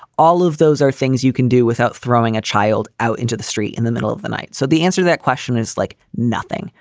all of those are things you can do without throwing a child out into the street in the middle of the night. so the answer that question is like nothing.